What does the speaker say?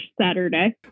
Saturday